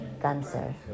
cancer